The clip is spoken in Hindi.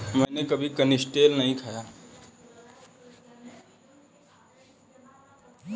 मैंने कभी कनिस्टेल नहीं खाया है